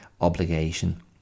obligation